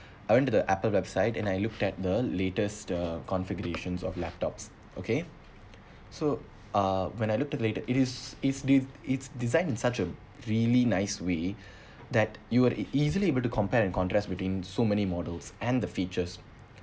I went to the Apple website and I look at the latest uh configurations of laptops okay so uh when I look at it it is it's de~ it's designed in such a really nice way that you were easily able to compare and contrast between so many models and the features